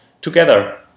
together